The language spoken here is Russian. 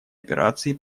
операций